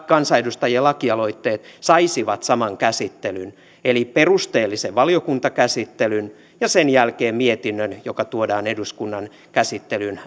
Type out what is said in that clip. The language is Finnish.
kansanedustajien lakialoitteet saisivat saman käsittelyn eli perusteellisen valiokuntakäsittelyn ja sen jälkeen mietinnön joka tuodaan eduskunnan käsittelyyn